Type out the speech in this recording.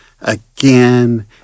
again